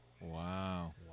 Wow